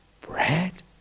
bread